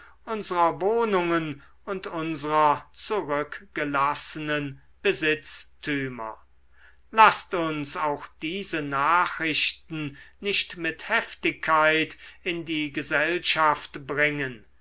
unsrer wohnungen und unsrer zurückgelassenen besitztümer laßt uns auch diese nachrichten nicht mit heftigkeit in die gesellschaft bringen